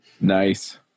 Nice